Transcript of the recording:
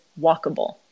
walkable